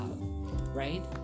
right